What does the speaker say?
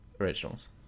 Originals